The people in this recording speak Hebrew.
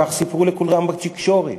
כך סיפרו לכולם בתקשורת.